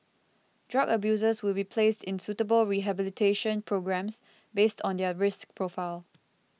drug abusers will be placed in suitable rehabilitation programmes based on their risk profile